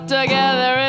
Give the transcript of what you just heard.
together